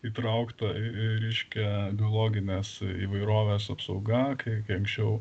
įtraukta į reiškia biologinės įvairovės apsauga kai kai anksčiau